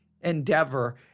endeavor